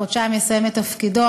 יסיים את תפקידו,